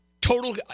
Total